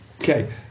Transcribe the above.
Okay